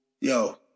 yo